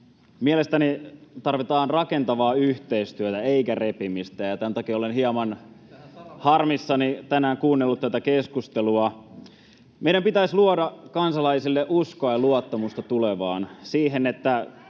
Mielestäni tarvitaan rakentavaa yhteistyötä eikä repimistä, ja tämän takia olen hieman harmissani tänään kuunnellut tätä keskustelua. Meidän pitäisi luoda kansalaisille uskoa ja luottamusta tulevaan,